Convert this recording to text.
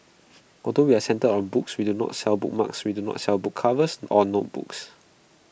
although we're centred on books we do not sell bookmarks we do not sell book covers or notebooks